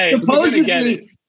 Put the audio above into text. supposedly